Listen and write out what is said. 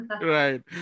right